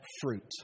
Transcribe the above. fruit